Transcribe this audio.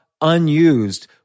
unused